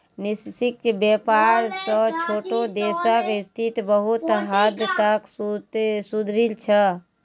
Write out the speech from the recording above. निष्पक्ष व्यापार स छोटो देशक स्थिति बहुत हद तक सुधरील छ